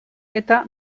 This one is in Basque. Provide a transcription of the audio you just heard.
eta